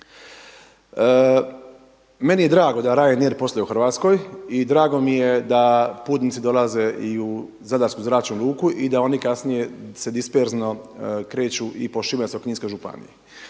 Meni je drago da Ryanair posluje u Hrvatskoj i drago mi je da putnici dolaze i u Zadarsku zračnu luku i da oni kasnije se disperzno kreću i po Šibensko-kninskoj županiji.